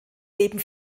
leben